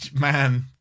man